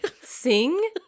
Sing